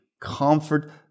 comfort